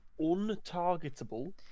untargetable